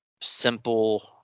simple